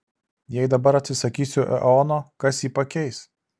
jei dabar atsisakysiu eono kas jį pakeis